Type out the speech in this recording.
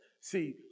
See